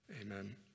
amen